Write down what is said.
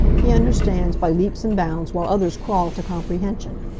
he understands by leaps and bounds, while others crawl to comprehension.